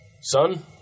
Son